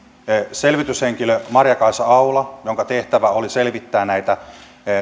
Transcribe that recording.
selvityshenkilö maria kaisa aula jonka tehtävä oli selvittää näitä